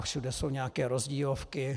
Všude jsou nějaké rozdílovky.